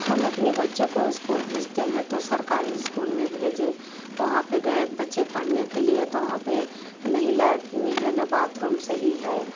हम अपने बच्चे को स्कूल भेजतें है तो सरकारी स्कूल में भेजें वहाँ फ़िर गए बच्चे पढ़ने के लिए तो वहाँ पर न ही लेटिंग है न ही बाथरूम सही है